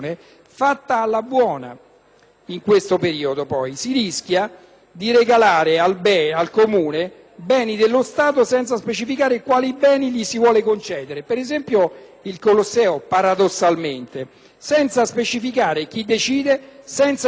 fatta alla buona. Si rischia di regalare al Comune beni dello Stato senza specificare quali beni gli si vuole concedere (il Colosseo, per esempio, paradossalmente), senza specificare chi decide, senza indicare i principi di scelta.